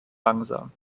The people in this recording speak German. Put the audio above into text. langsam